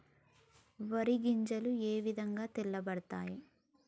వరి గింజలు ఏ విధంగా తెల్ల పడతాయి?